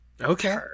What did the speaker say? okay